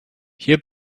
hier